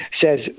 says